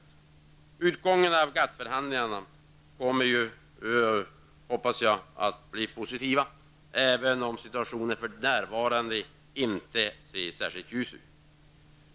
Jag hoppas att utgången av GATT förhandlingarna blir positiv, även om situationen för närvarande inte är särskilt ljus.